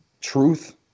truth